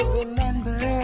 remember